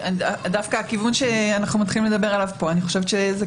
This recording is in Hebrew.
דווקא הכיוון שאנחנו מתחילים לדבר עליו פה אני חושבת שזה